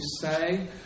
say